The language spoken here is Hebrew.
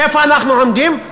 איפה אנחנו עומדים?